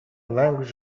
language